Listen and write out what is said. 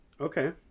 Okay